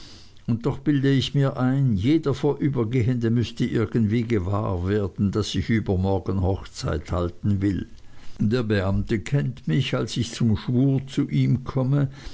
und doch bilde ich mir ein jeder vorübergehende müßte irgendwie gewahr werden daß ich übermorgen hochzeit halten will der beamte kennt mich als ich zum schwur zu ihm komme